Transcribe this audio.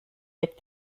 with